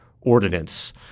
ordinance